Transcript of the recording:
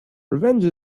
revenge